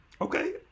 okay